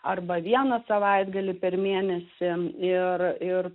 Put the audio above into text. arba vieną savaitgalį per mėnesį ir ir